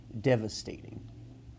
devastating